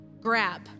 Grab